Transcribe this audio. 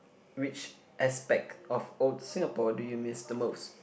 which aspect of old Singapore do you miss the most